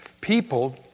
people